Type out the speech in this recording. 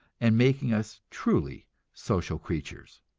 and making us truly social creatures.